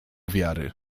wiary